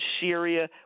Syria